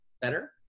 better